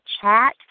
chat